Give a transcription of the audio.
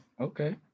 Okay